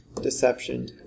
deception